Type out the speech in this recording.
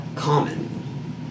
Common